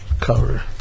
Cover